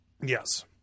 Yes